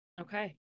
okay